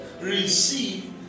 Receive